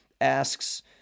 asks